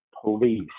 police